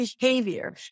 behavior